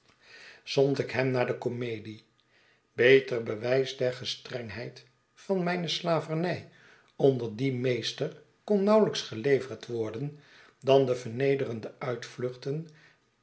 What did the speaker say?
zond ik hem naar de komedie beter bewijs der gestrengheid van mijne slavernij onder dien meester kon nauwelijks geleverd worden dan de vernederende uitvluchten